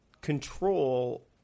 control